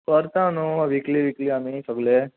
करता न्हू विकली विकली आमी सगलें